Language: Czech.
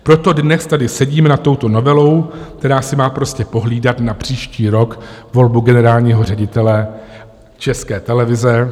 Proto dnes tady sedíme nad touto novelou, která si má prostě pohlídat na příští rok volbu generálního ředitele České televize.